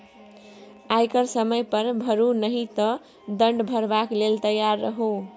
आयकर समय पर भरू नहि तँ दण्ड भरबाक लेल तैयार रहु